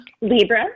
Libra